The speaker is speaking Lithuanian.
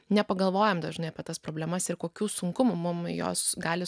nepagalvojame dažnai apie tas problemas ir kokių sunkumų mums jos gali